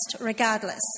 regardless